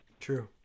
True